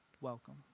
welcome